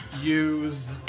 use